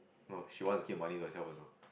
oh she wants to keep money herself also